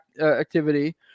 activity